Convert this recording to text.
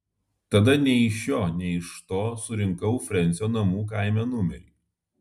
tada nei iš šio nei iš to surinkau frensio namų kaime numerį